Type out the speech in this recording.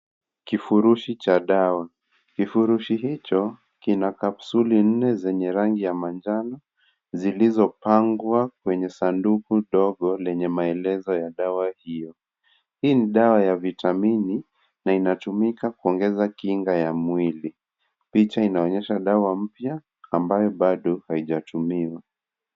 Kivurushi cha dawa. Kivurushi hicho kina kapsuli nne zenye rangi ya manjano zilizopangwa kwenye sanduku dogo lenye maelezo ya dawa hiyo. Hii ni dawa ya vitamini na inatumika kuongeza kinga ya mwili. Picha inaonyesha dawa mpya ambayo bado haijatumiwa.